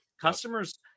customers